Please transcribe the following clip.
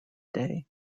day